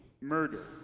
murder